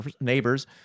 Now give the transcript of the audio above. neighbors